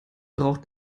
braucht